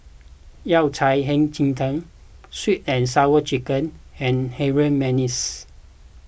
Yao Cai Hei Ji Tang Sweet and Sour Chicken and Harum Manis